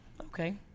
okay